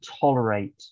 tolerate